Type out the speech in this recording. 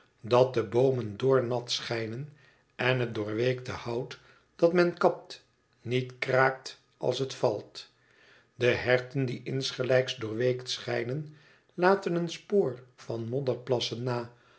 dat de boomen doornat schijnen en het doorweekte hout dat men kapt niet kraakt als het valt de herten die insgelijks doorweekt schijnen laten een spoor van modderplassen na